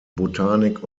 botanik